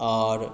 आओर